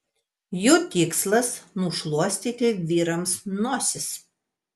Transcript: jų tikslas nušluostyti vyrams nosis